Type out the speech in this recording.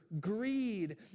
greed